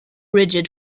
rigid